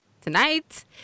tonight